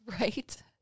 Right